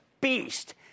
beast